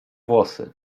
włosy